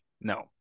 No